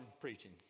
preaching